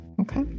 Okay